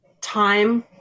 Time